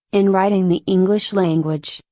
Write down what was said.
in writing the english language,